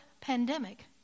pandemic